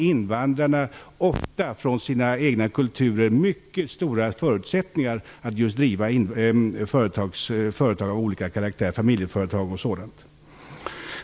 Invandrarna har ofta från sina egna kulturer mycket stora förutsättningar att driva företag av olika karaktär, familjeföretag och sådant.